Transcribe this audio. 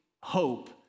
hope